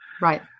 right